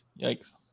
Yikes